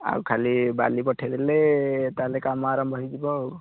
ଆଉ ଖାଲି ବାଲି ପଠାଇଦେଲେ ତା'ହେଲେ କାମ ଆରମ୍ଭ ହୋଇଯିବ ଆଉ